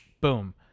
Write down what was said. Boom